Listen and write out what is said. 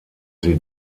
sie